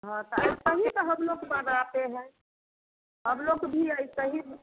हाँ वही तो हम लोग मनाते हैं हम लोग भी ऐसे ही